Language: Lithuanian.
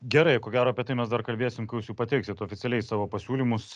gerai ko gero apie tai mes dar kalbėsim kai jūs jau pateiksit oficialiai savo pasiūlymus